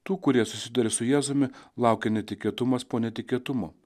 tų kurie susiduria su jėzumi laukia netikėtumas po netikėtumo